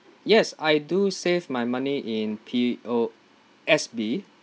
yes I do save my money in P_O_S_B